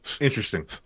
Interesting